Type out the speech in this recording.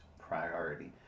priority